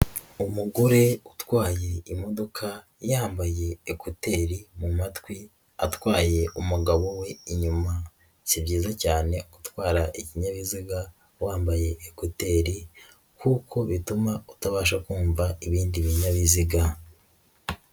Umugore utwaye imodoka, yambaye ekuteri mu matwi, atwaye umugabo we inyuma. Si byiza cyane gutwara ikinyabiziga wambaye ekoteri kuko bituma utabasha kumva ibindi binyabiziga .